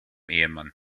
ehemann